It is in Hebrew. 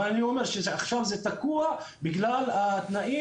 ואני אומר שעכשיו זה תקוע בגלל התנאים